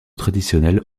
traditionnel